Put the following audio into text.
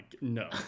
No